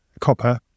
copper